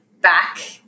back